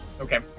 Okay